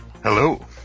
Hello